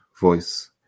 voice